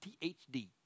THD